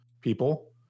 people